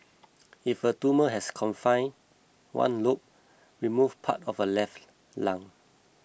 if her tumour has confined one lobe remove part of her left lung